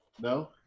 No